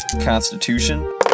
Constitution